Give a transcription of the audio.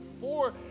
four